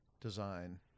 design